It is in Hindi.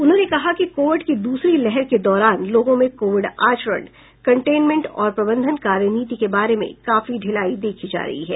उन्होंने कहा कि कोविड की दूसरी लहर के दौरान लोगों में कोविड आचरण कंटेनमेंट और प्रबंधन कार्यनीति के बारे में काफी ढिलाई देखी जा रही है